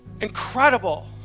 incredible